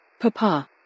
Papa